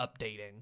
updating